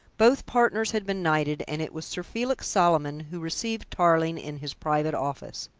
both partners had been knighted, and it was sir felix solomon who received tarling in his private office.